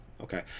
okay